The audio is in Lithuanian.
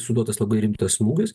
suduotas labai rimtas smūgius